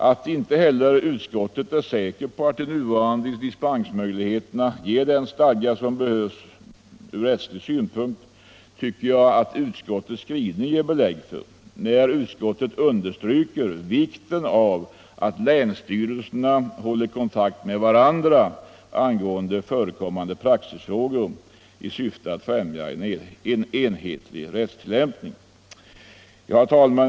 Att man inte heller i utskottet är säker på att de nuvarande dispensmöjligheterna ger den stadga som behövs från rättslig synpunkt tycker jag att utskottets skrivning ger belägg för, när utskottet understryker vikten av att länsstyrelserna håller kontakt med varandra angående förekommande praxisfrågor i syfte att främja en enhetlig rättstillämpning. Herr talman!